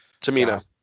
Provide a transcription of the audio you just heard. Tamina